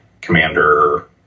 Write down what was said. Commander